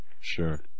Sure